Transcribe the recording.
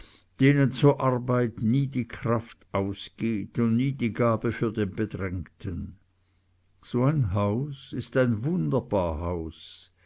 denen zur arbeit nie die kraft ausgeht und nie die gabe für den bedrängten so ein haus ist ein wunderbar haus